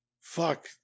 Fuck